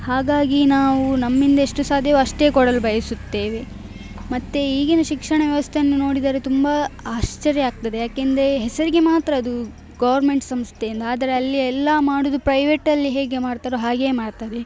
ಹಾಗಾಗಿ ನಾವು ನಮ್ಮಿಂದ ಎಷ್ಟು ಸಾಧ್ಯವೋ ಅಷ್ಟೇ ಕೊಡಲು ಬಯಸುತ್ತೇವೆ ಮತ್ತು ಈಗಿನ ಶಿಕ್ಷಣ ವ್ಯವಸ್ಥೆಯನ್ನು ನೋಡಿದರೆ ತುಂಬ ಆಶ್ಚರ್ಯ ಆಗ್ತದೆ ಏಕೆಂದ್ರೆ ಹೆಸರಿಗೆ ಮಾತ್ರ ಅದು ಗೌರ್ಮೆಂಟ್ ಸಂಸ್ಥೆ ಎಂದು ಆದರೆ ಅಲ್ಲಿ ಎಲ್ಲ ಮಾಡುವುದು ಪ್ರೈವೇಟಲ್ಲಿ ಹೇಗೆ ಮಾಡ್ತಾರೋ ಹಾಗೆಯೇ ಮಾಡ್ತಾರೆ